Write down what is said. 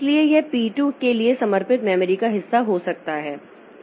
इसलिए यह पी 2 के लिए समर्पित मेमोरी का हिस्सा हो सकता है